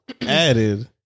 added